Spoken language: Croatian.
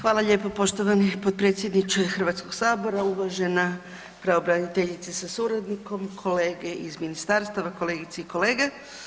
Hvala lijepo poštovani potpredsjedniče Hrvatskog sabora, uvažena pravobraniteljice sa suradnikom, kolege iz ministarstava, kolegice i kolege.